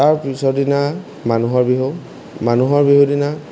তাৰ পিছৰ দিনা মানুহৰ বিহু মানুহৰ বিহু দিনা